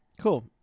Cool